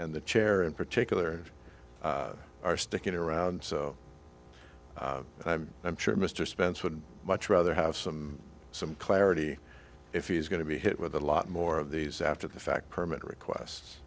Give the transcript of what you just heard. and the chair in particular are sticking around so i'm i'm sure mr spence would much rather have some some clarity if he's going to be hit with a lot more of these after the fact permit requests